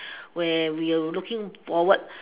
where we will looking forward